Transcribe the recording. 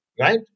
right